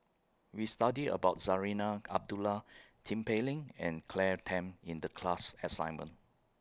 We studied about Zarinah Abdullah Tin Pei Ling and Claire Tham in The class assignment